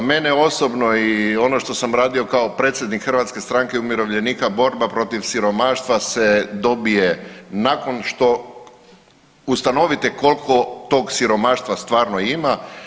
Za mene osobno i ono što sam radio kao predsjednik Stranke umirovljenika borba protiv siromaštva se dobije nakon što ustanovite koliko tog siromaštva stvarno ima.